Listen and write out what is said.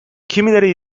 kimileri